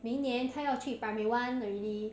明年她要去 primary one already